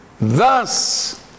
thus